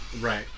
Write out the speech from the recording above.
Right